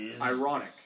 Ironic